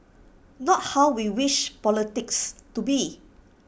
not how we wish politics to be